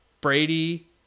Brady